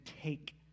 take